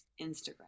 instagram